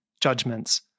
judgments